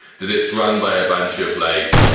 that it's run by a bunch of like,